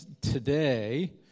Today